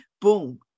boom